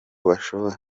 bashoboye